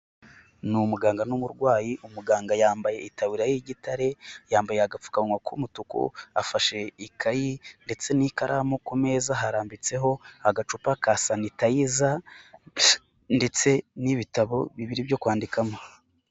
Ni umuganga n'umurwayi, umuganga yambaye itabura y'igitare, yambaye agapfukamunwa k'umutuku, afashe ikayi ndetse n'ikaramu, ku meza harambitseho agacupa ka sanitayiza ndetse n'ibitabo bibiri byo kwandikamo.